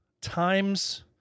times